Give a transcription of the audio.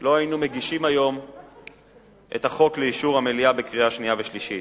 לא היינו מגישים היום את החוק לאישור המליאה בקריאה שנייה ושלישית: